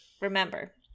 remember